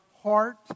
heart